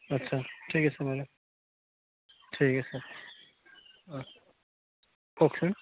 আচ্ছা ঠিক আছে বাৰু ঠিক আছে অঁ কওকচোন